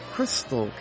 Crystal